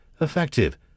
effective